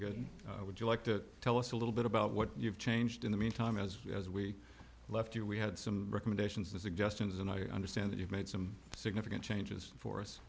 good would you like to tell us a little bit about what you've changed in the meantime as you as we left you we had some recommendations and suggestions and i understand that you've made some significant changes for us